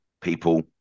people